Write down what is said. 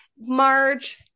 Marge